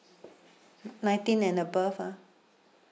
nineteen and above ah